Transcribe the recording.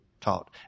taught